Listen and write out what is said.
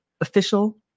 official